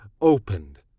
opened